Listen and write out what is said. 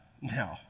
no